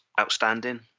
outstanding